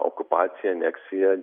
okupacija aneksija